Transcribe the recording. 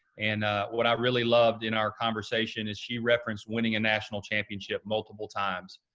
and what i really loved in our conversation is she referenced winning a national championship multiple times,